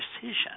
decision